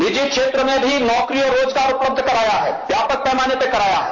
निजी क्षेत्रों में भी नौकरी और रोजगार उपलब्ध कराया है व्यापक पैमाने पर कराया है